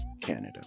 canada